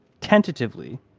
tentatively